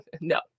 no